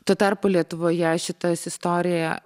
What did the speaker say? tuo tarpu lietuvoje šita istorija